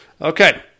Okay